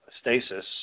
stasis